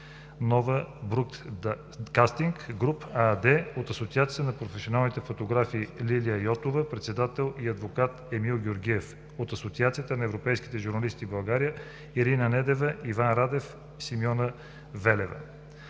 „Нова Броудкастинг Груп“ АД; от Асоциацията на професионалните фотографи Лилия Йотова – председател, и адвокат Емил Георгиев; от Асоциацията на европейските журналисти – България – Ирина Недева, Иван Радев и Симона Здравчева